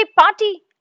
party